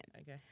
Okay